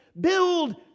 Build